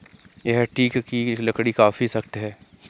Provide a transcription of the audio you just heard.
यह टीक की लकड़ी काफी सख्त है